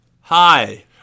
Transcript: hi